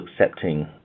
accepting